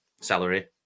salary